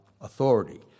authority